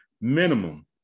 minimum